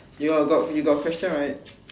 you got got you got question right